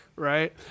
Right